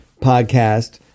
podcast